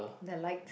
the light